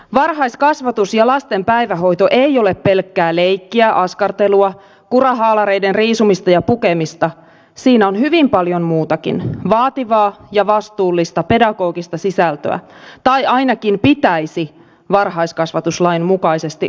varhaiskasvatus ja lasten päivähoito ei ole pelkkää leikkiä askartelua kurahaalareiden riisumista ja pukemista siinä on hyvin paljon muutakin vaativaa ja vastuullista pedagogista sisältöä tai ainakin pitäisi varhaiskasvatuslain mukaisesti olla